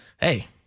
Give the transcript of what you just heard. hey